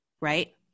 right